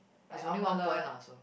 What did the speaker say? is only one point lah so